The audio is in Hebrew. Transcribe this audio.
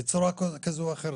בצורה כזאת או אחרת.